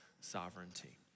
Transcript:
sovereignty